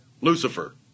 Lucifer